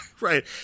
right